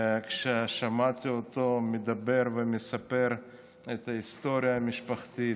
כששמעתי אותו מדבר ומספר את ההיסטוריה המשפחתית,